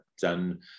done